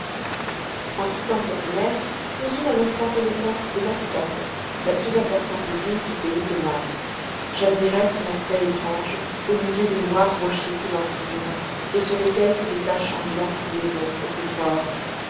en quittant cette mer nous eûmes un instant connaissance de mascate la plus importante ville du pays d'oman j'admirai son aspect étrange au milieu des noirs rochers qui l'entourent et sur lesquels se détachent en blanc ses maisons et ses forts